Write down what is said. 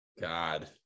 God